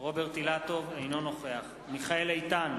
אינו נוכח מיכאל איתן,